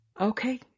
Okay